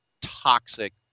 toxic